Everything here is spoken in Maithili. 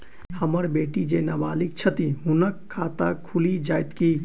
हम्मर बेटी जेँ नबालिग छथि हुनक खाता खुलि जाइत की?